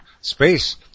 space